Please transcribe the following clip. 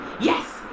yes